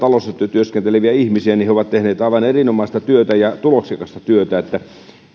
työskenteleviä ihmisiä että he ovat tehneet aivan erinomaista ja tuloksekasta työtä